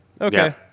Okay